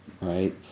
right